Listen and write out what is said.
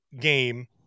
game